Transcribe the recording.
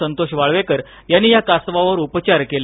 संतोष वाळवेकर यांनी या कासवावर उपचार केले